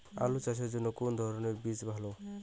আলু চাষের জন্য কোন ধরণের বীজ ভালো?